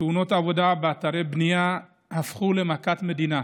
תאונות העבודה באתרי הבנייה הפכו למכת מדינה.